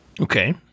Okay